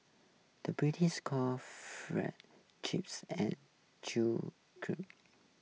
the British calls Fries Chips and true crisps